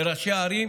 לראשי הערים,